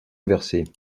inversée